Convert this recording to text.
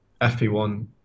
FP1